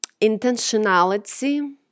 intentionality